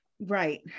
Right